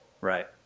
right